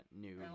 new